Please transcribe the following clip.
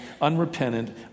unrepentant